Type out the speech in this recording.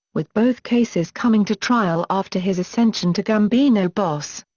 with both cases coming to trial after his ascension to gambino boss.